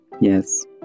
Yes